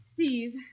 Steve